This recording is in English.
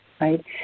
right